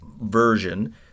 version